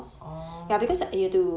orh